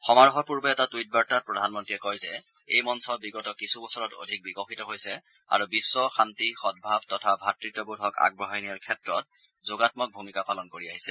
সমাৰোহৰ পূৰ্বে এটা টুইট বাৰ্তাত প্ৰধানমন্তী মোডীয়ে কয় যে এই মঞ্চ বিগত কিছু বছৰত অধিক বিকশিত হৈছে আৰু বিগ্ৰ শান্তি সদ্ভাৱ তথা ভাৱত্ববোধক আগবঢ়াই নিয়াৰ ক্ষেত্ৰত যোগাম্মক ভূমিকা পালন কৰি আহিছে